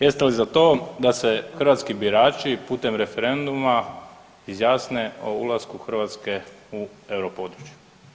Jeste li za to da se hrvatski birači putem referenduma izjasne o ulasku Hrvatske u Euro područje?